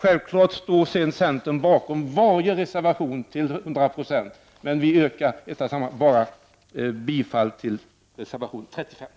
Därutöver stöder vi i centern självfallet alla våra reservationer till 100 96.